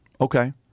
Okay